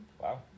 Wow